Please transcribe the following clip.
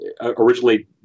originally